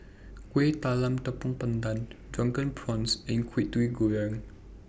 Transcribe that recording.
Kueh Talam Tepong Pandan Drunken Prawns and Kwetiau Goreng